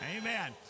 Amen